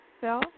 Phil